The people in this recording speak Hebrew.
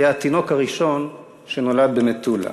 היה התינוק הראשון שנולד במטולה.